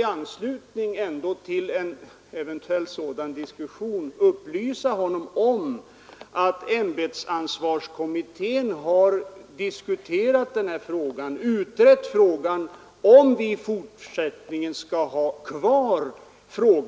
I anslutning till en eventuell sådan diskussion vill jag emellertid upplysa honom om att ämbetsansvarskommittén har utrett frågan om vi i fortsättningen skall ha kvar disciplinstraff för